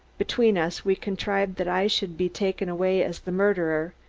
between us we contrived that i should be taken away as the murderer,